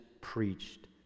preached